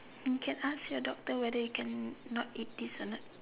you can ask your doctor whether you can not eat this or not